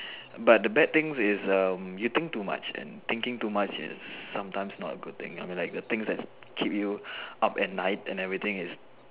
but the bad thing is a you think too much and thinking too much is sometimes not a good thing I mean the things that keep up at night and everything is